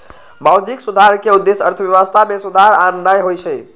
मौद्रिक सुधार के उद्देश्य अर्थव्यवस्था में सुधार आनन्नाइ होइ छइ